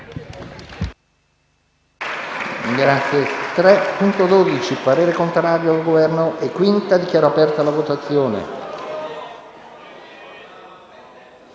Grazie,